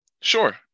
Sure